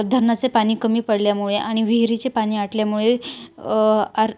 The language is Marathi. धरणाचे पाणी कमी पडल्यामुळे आणि विहिरीचे पाणी आटल्यामुळे आर्